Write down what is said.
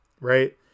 right